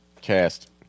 cast